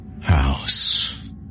house